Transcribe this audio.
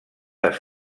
les